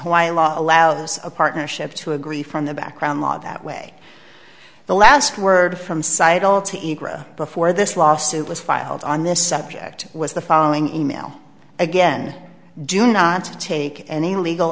a law allows a partnership to agree from the background law that way the last word from side all to before this lawsuit was filed on this subject was the following email again do not take any legal